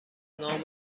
نام